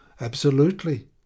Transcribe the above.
Absolutely